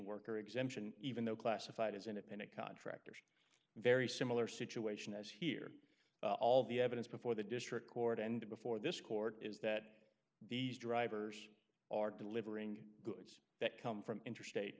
worker exemption even though classified as independent contractors very similar situation as here all the evidence before the district court and before this court is that these drivers are delivering goods that come from interstate